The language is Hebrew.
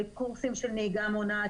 קורסים של נהיגה מונעת.